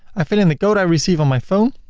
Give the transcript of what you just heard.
i fill in the code i receive on my phone.